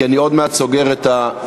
כי אני עוד מעט סוגר את הרשימה.